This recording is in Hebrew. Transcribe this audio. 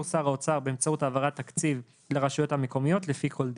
שר האוצר באמצעות העברת תקציב לרשויות המקומיות לפי כל דין".